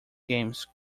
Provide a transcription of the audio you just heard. games